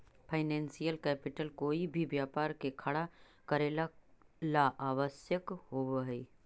financial capital कोई भी व्यापार के खड़ा करेला ला आवश्यक होवऽ हई